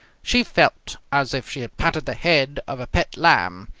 she felt as if she had patted the head of a pet lamb,